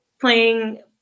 playing